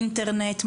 אינטרנט,